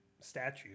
statue